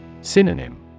Synonym